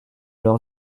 leur